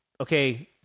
okay